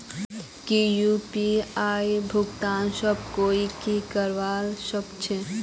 की यु.पी.आई भुगतान सब कोई ई करवा सकछै?